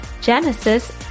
Genesis